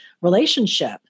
relationship